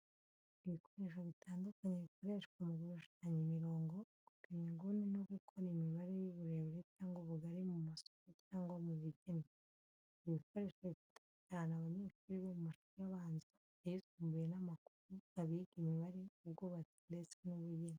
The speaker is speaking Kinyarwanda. Ibikoresho bitandukanye bikoreshwa mu gushushanya imirongo, gupima inguni no gukora imibare y’uburebure cyangwa ubugari mu masomo cyangwa mu bugeni. Ibi bikoresho bifasha cyane abanyeshuri bo mu mashuri abanza, ayisumbuye n'amakuru, abiga imibare, ubwubatsi, ndetse n’ubugeni.